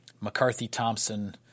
McCarthy-Thompson